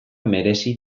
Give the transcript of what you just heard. merezi